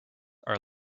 are